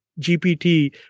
GPT